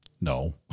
no